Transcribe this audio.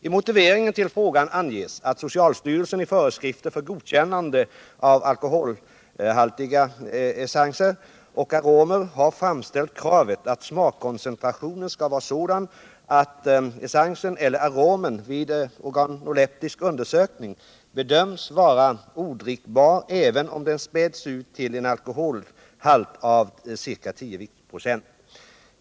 I motiveringen till frågan anges att socialstyrelsen i föreskrifter för godkännande av alkoholhaltiga essenser och aromer har framställt kravet att smakkoncentrationen ' skall vara sådan, att essensen eller aromen vid organoleptisk undersökning bedöms vara odrickbar även om den späds ut till en alkoholhalt av ca 10 viktprocent.